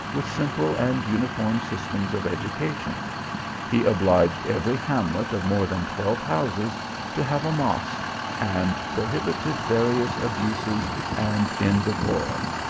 with simple and uniform systems of education he obliged every hamlet of more than twelve houses to have a mosque, and prohibited various abuses and indecorums,